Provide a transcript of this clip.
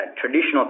traditional